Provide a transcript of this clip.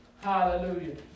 Hallelujah